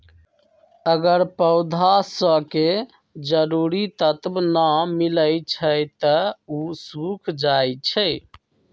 अगर पौधा स के जरूरी तत्व न मिलई छई त उ सूख जाई छई